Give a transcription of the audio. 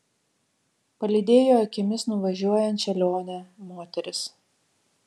palydėjo akimis nuvažiuojančią lionę moteris